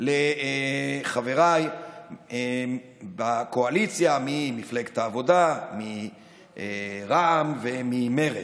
לחבריי בקואליציה ממפלגת העבודה, מרע"מ וממרצ.